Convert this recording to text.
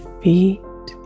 feet